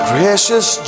Precious